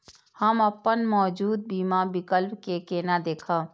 हम अपन मौजूद बीमा विकल्प के केना देखब?